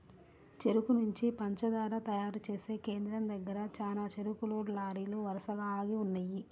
చెరుకు నుంచి పంచదార తయారు చేసే కేంద్రం దగ్గర చానా చెరుకు లోడ్ లారీలు వరసగా ఆగి ఉన్నయ్యి